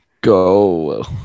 go